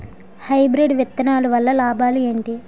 Hybrid విత్తనాలు వల్ల లాభాలు ఏంటి?